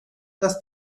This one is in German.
dass